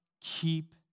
Keep